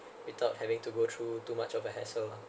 without having to go through too much of a hassle ah